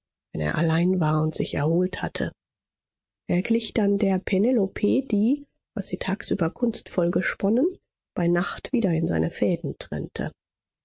wenn er allein war und sich erholt hatte er glich dann der penelope die was sie tagsüber kunstvoll gesponnen bei nacht wieder in seine fäden trennte